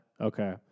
Okay